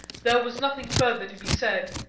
there was nothing further to be said,